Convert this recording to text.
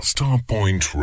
Starpoint